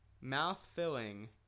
Mouth-filling